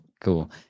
Cool